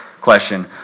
question